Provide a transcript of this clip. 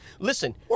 Listen